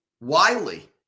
Wiley